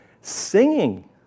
singing